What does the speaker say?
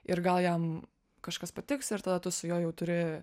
ir gal jam kažkas patiks ir tada tu su juo jau turi